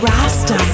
Rasta